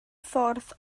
ffordd